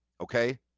okay